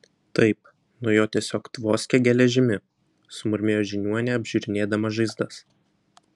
taip nuo jo tiesiog tvoskia geležimi sumurmėjo žiniuonė apžiūrinėdama žaizdas